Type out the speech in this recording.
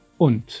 Und